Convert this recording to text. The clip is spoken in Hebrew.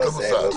ברור.